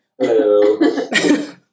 Hello